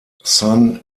san